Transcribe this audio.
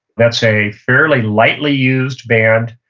that's a fairly lightly used band.